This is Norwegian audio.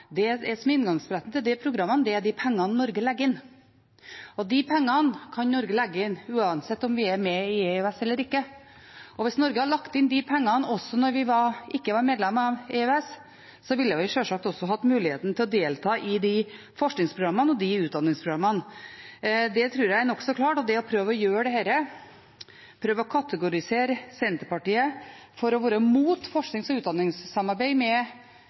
Det som er inngangsbilletten til programmene, er de pengene Norge legger inn. De pengene kan Norge legge inn uansett om vi er med i EØS eller ikke. Hvis Norge hadde lagt inn de pengene også da vi ikke var medlem av EØS, ville vi sjølsagt hatt muligheten til å delta i de forskningsprogrammene og utdanningsprogrammene, det tror jeg er nokså klart. Det å prøve å kategorisere Senterpartiet for å være imot forsknings- og utdanningssamarbeid med